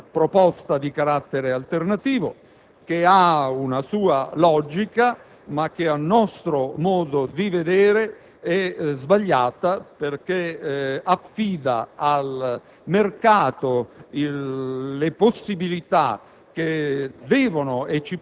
Si tratta di una proposta di carattere alternativo che ha una sua logica, ma che a nostro modo di vedere è sbagliata, perché affida al mercato le possibilità